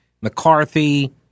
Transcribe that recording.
McCarthy